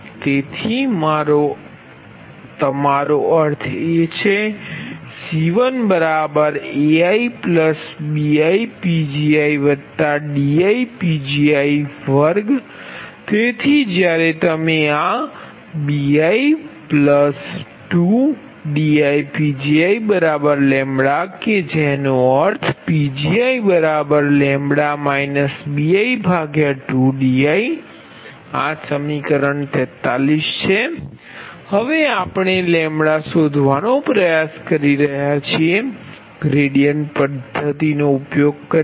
તેથી તમારો અર્થ એ કે CiaibiPgidiPgi2 તેથી જ્યારે તમે આ bi2diPgiλ કે જેનો અર્થ Pgiλ bi2di આ સમીકરણ 43 છે હવે આપણે શોધવાનો પ્રયાસ કરી રહ્યા છીએ ગ્રેડીયન્ટ પદ્ધતિનો ઉપયોગ કરીને